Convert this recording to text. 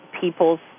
people's